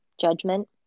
judgment